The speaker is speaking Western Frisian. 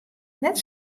net